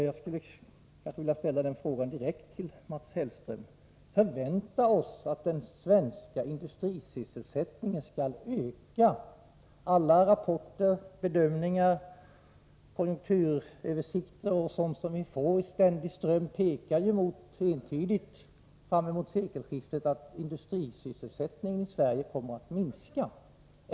Jag skulle vilja ställa en fråga direkt till Mats Hellström: Vi kan väl inte förvänta oss att den svenska industrisysselsättningen skall öka? Alla rapporter, bedömningar, konjunkturöversikter, m.m., som vi får i en ständig ström, pekar entydigt mot att industrisysselsättningen i Sverige kommer att minska fram emot sekelskiftet.